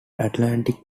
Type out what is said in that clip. atlantic